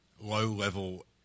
low-level